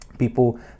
people